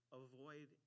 avoid